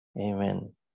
Amen